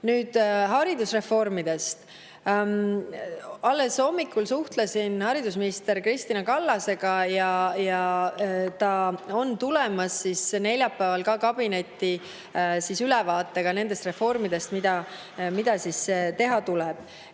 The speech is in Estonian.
Nüüd haridusreformidest. Alles hommikul suhtlesin haridusminister Kristina Kallasega. Ta on tulemas neljapäeval kabinetti ülevaatega nendest reformidest, mida teha tuleb.